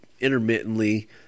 intermittently